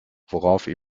woraufhin